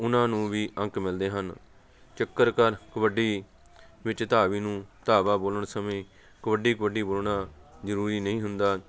ਉਨ੍ਹਾਂ ਨੂੰ ਵੀ ਅੰਕ ਮਿਲਦੇ ਹਨ ਚੱਕਰਕਾਰ ਕਬੱਡੀ ਵਿੱਚ ਧਾਵੀ ਨੂੰ ਧਾਵਾ ਬੋਲਣ ਸਮੇਂ ਕਬੱਡੀ ਕਬੱਡੀ ਬੋਲਣਾ ਜ਼ਰੂਰੀ ਨਹੀਂ ਹੁੰਦਾ